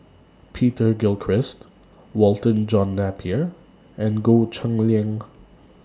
Peter Gilchrist Walter John Napier and Goh Cheng Liang